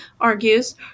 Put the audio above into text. argues